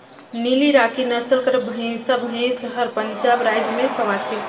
नीली राकी नसल कर भंइसा भंइस हर पंजाब राएज में पवाथे